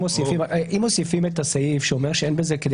אם מוסיפים את הסעיף שאומר שאין בזה כדי